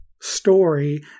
story